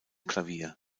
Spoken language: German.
klavier